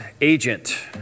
Agent